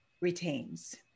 retains